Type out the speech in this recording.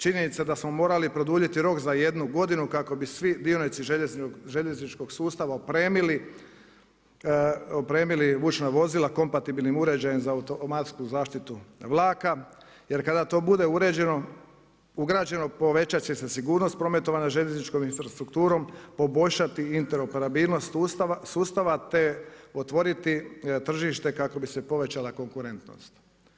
Činjenica da smo morali produljiti za jednu godinu kako bi svi dionici željezničkog sustava opremili vučna vozila kompatibilnim uređajem za automatsku zaštitu vlaka jer kada to bude ugrađeno, povećat će se sigurnost prometovanja željezničkom infrastrukturom, poboljšati interoperabilnost sustava te otvoriti tržište kako bi se povećala konkurentnost.